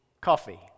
coffee